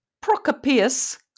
Procopius